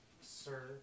Sir